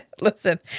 Listen